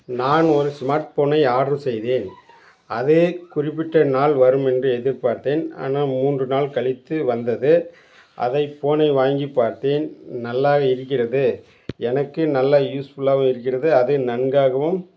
நான் ஒரு ஸ்மார்ட் போனை ஆட்ரு செய்தேன் அதே குறிப்பிட்ட நாள் வரும் என்று எதிர்பார்த்தேன் ஆனால் மூன்று நாள் கழித்து வந்தது அதை ஃபோனை வாங்கி பார்த்தேன் நல்லா இருக்கிறது எனக்கு நல்லா யூஸ்ஃபுல்லாகவும் இருக்கிறது அதை நன்றாகவும்